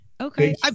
Okay